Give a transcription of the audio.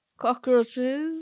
cockroaches